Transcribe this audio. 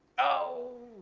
oh.